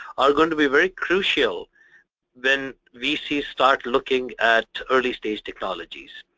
are going to be very crucial when vcs start looking at early stage technologies.